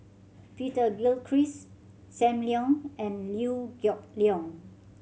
Peter Gilchrist Sam Leong and Liew Geok Leong